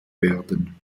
werden